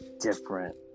different